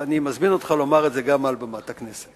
ואני מזמין אותך לומר את זה גם מעל במת הכנסת.